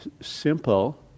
simple